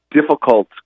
Difficult